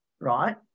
right